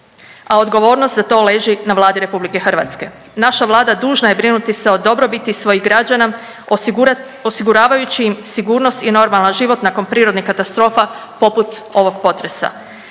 a odgovornost za to leži na Vladi RH. Naša Vlada dužna je brinuti se o dobrobiti svojih građana, osiguravajući im sigurnost i normalan život nakon prirodnih katastrofa poput ovog potresa.